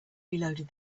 reloaded